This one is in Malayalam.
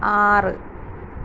ആറ്